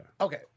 okay